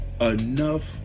enough